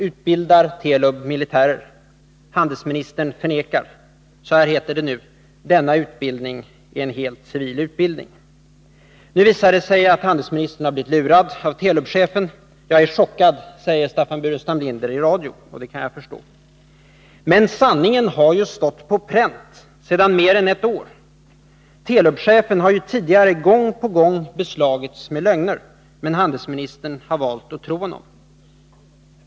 Utbildar Telub militärer? Handelsministern förnekar. Så här heter det nu: ”-—-— denna utbildning är en civil utbildning”. Nu visar det sig att handelsministern har blivit lurad av Telubchefen. ”Jag är chockad”, säger Staffan Burenstam Linder i radion — och det kan jag förstå. Men sanningen har ju stått på pränt sedan mer än ett år. Telubchefen har tidigare gång på gång beslagits med lögner. Handelsministern har emellertid valt att tro honom.